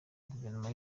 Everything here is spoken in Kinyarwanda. guverinoma